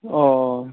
अ